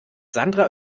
sandra